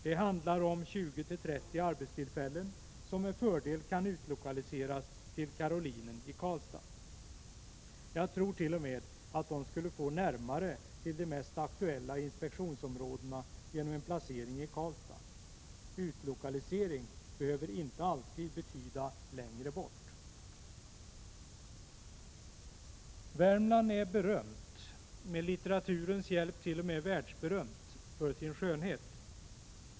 Det handlar om 20-30 arbetstillfällen som med fördel kan utlokaliseras till Karolinen i Karlstad. Jag trort.o.m. att de skulle få närmare till de mest aktuella inspektionsområdena genom en placering i Karlstad. Utlokalisering behöver inte alltid betyda längre bort. Värmland är berömt, med litteraturens hjälp till och med världsberömt, för sin skönhet.